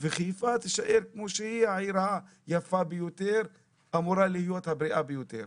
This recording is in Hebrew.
חיפה תישאר העיר היפה ביותר והבריאה ביותר.